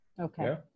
okay